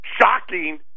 shocking